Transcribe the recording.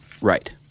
Right